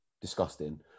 disgusting